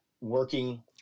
working